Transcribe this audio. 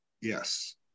Yes